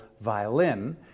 violin